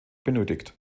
benötigt